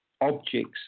objects